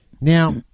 Now